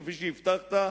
כפי שהבטחת,